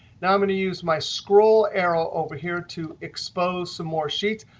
now, i'm going to use my scroll arrow over here to expose some more sheets.